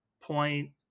point